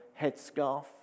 headscarf